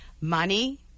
money